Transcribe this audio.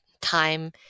time